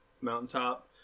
mountaintop